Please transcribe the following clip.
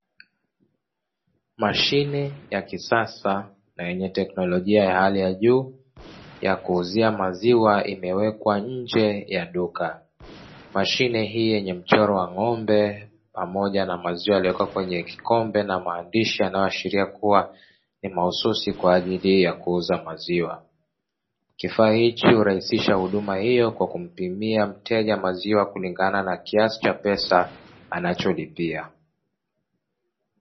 Mashine ya kisasa na yenye teknolojia ya hali ya juu ya kuuzia maziwa, imewekwa nje ya duka. Mashine hii yenye mchoro wa ng'ombe, pamoja na maziwa yaliyoko kwenye kikombe na maandishi yanayoashiria kuwa ni mahususi kwa ajili ya kuuza maziwa. Kifaa hiki hurahisisha huduma hiyo, kwa kumpimia mteja maziwa kulingana na kiasi cha pesa anacholipia.